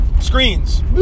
screens